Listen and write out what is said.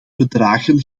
bedragen